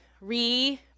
re-